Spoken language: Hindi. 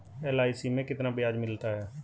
एल.आई.सी में कितना ब्याज मिलता है?